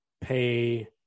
pay